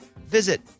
visit